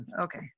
Okay